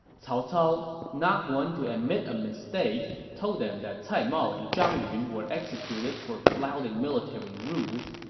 cao cao, not one to admit a mistake, told them that cai mao and zhang yun were executed for flouting military rules.